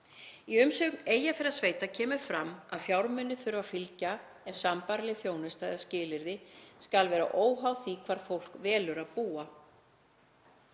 Í umsögn Eyjafjarðarsveitar kemur fram að fjármunir þurfi að fylgja ef sambærileg þjónusta og skilyrði skulu vera óháð því hvar fólk velur að búa.